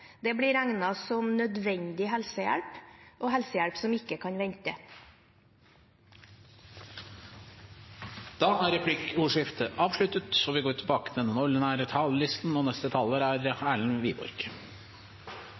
Det blir regnet som nødvendig helsehjelp og helsehjelp som ikke kan vente. Replikkordskiftet er avsluttet.